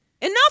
enough